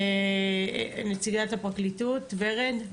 נציגת הפרקליטות, ורד.